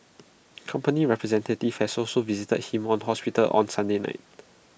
company representatives has also visited him on hospital on Sunday night